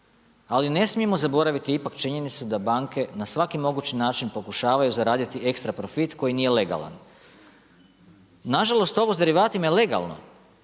Ali ne smijemo zaboraviti ipak činjenicu da banke na svaki mogući način pokušavaju zaraditi ekstra profit koji nije legalan. Nažalost, ovo sa derivatima je legalno,